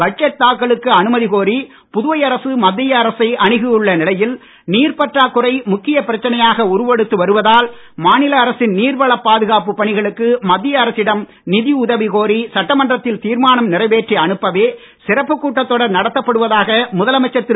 budget தாக்கலுக்கு அனுமதி கோரி புதுவை அரசு மத்திய அரசை அனுகியுள்ள நிலையில் நீர் பற்றாக்குறை முக்கியப் பிரச்சனையாக உருவெடுத்து வருவதால் மாநில அரசின் நீர்வளப் பாதுகாப்பு பணிகளுக்கு மத்திய அரசிடம் நிதி உதவி கோரி சட்டமன்றத்தில் தீர்மானம் நிறைவேற்றி அனுப்பவே சிறப்புக் கூட்டத் தொடர் நடத்தப்படுவதாக முதலமைச்சர் திரு